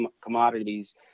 commodities